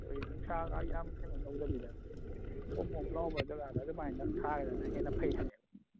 ꯑꯩꯈꯣꯏꯒꯤ ꯅꯨꯡꯁꯥꯒ ꯌꯥꯝ ꯀꯩꯅꯣ ꯇꯧꯗꯕꯤꯗ ꯍꯣꯝ ꯍꯣꯝ ꯂꯥꯎꯕ ꯖꯒꯥꯗ ꯑꯗꯨꯃꯥꯏꯅ ꯊꯥꯔꯒꯅ ꯍꯦꯟꯅ ꯐꯩ ꯍꯥꯏꯌꯦꯕ